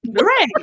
right